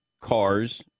cars